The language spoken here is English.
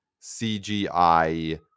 CGI